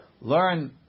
Learn